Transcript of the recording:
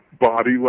body